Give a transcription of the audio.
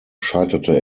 scheiterte